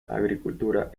agricultura